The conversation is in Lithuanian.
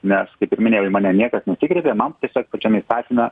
nes kaip ir minėjau į mane niekas nusikreipė man tiesiog pačiam įstatyme